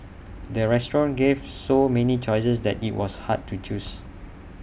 the restaurant gave so many choices that IT was hard to choose